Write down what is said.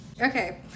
Okay